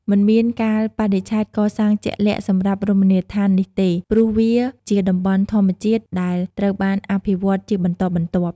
មិនមានកាលបរិច្ឆេទកសាងជាក់លាក់សម្រាប់រមណីយដ្ឋាននេះទេ ព្រោះវាជាតំបន់ធម្មជាតិដែលត្រូវបានអភិវឌ្ឍជាបន្តបន្ទាប់។